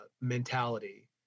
mentality